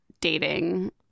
dating